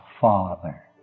father